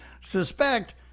suspect